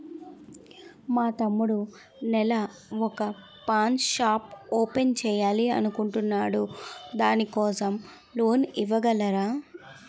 మా తమ్ముడు నెల వొక పాన్ షాప్ ఓపెన్ చేయాలి అనుకుంటునాడు దాని కోసం లోన్ ఇవగలరా?